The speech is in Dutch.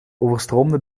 overstroomde